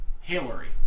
Hillary